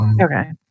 Okay